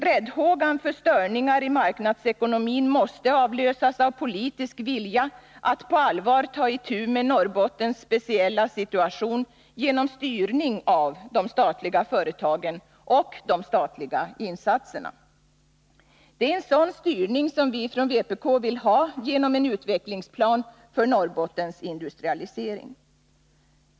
Rädslan för störningar i marknadsekonomin måste avlösas av politisk vilja att på allvar ta itu med Norrbottens speciella situation genom styrning av de statliga företagen och de statliga insatserna. Det är en sådan styrning vi från vpk vill ha genom en utvecklingsplan för Norrbottens industrialisering.